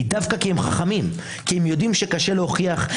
דווקא כי הם חכמים הם יודעים שקשה להוכיח,